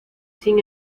sin